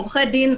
עורכי דין,